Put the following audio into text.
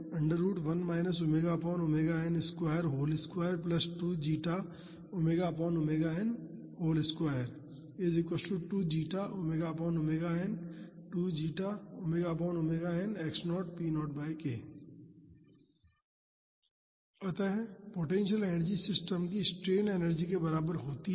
अतः potential energy system की strain energy के बराबर होती है